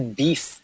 beef